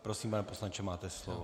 Prosím, pane poslanče, máte slovo.